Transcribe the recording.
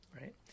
right